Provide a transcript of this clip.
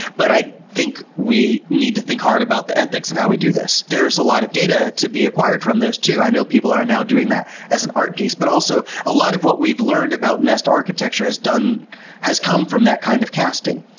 but i think we need to think hard about the ethics of how we do this. there's a lot of data to be acquired from those too. i know people are now doing that as an art piece. but also, a lot of what we've learned about nest architecture has come from that kind of casting.